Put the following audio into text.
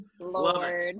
Lord